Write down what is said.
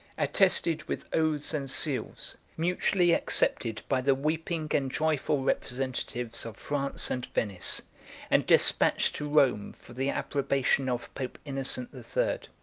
attested with oaths and seals, mutually accepted by the weeping and joyful representatives of france and venice and despatched to rome for the approbation of pope innocent the third.